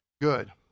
good